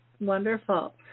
Wonderful